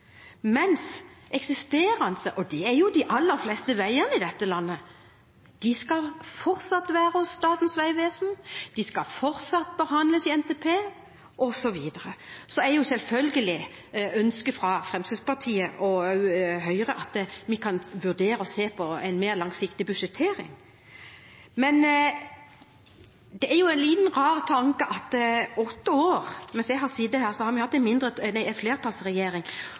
mens de aller fleste eksisterende veier i dette landet fortsatt skal være hos Statens vegvesen, de skal fortsatt behandles i NTP, osv. Så er selvfølgelig ønsket fra Fremskrittspartiet og også Høyre at vi skal kunne vurdere å se på en mer langsiktig budsjettering. Men det er jo en liten, rar tanke at i åtte år mens jeg har sittet her, hadde vi en flertallsregjering,